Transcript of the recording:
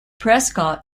prescott